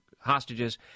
hostages